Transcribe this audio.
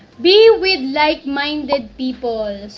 be with like-minded people.